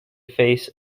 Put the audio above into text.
face